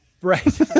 Right